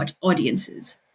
audiences